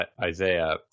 Isaiah